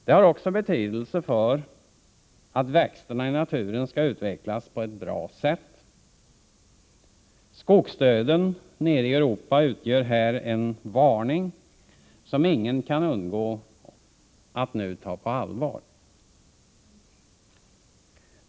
Det har också betydelse för att växterna i naturen skall utvecklas på ett bra sätt. Skogsdöden nere i Europa utgör här en varning som ingen kan undgå att nu ta på allvar.